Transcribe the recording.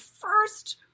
first